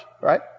right